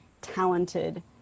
talented